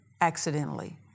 accidentally